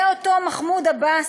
זה אותו מחמוד עבאס,